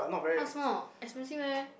how small expensive eh